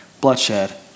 bloodshed